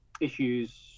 issues